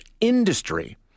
industry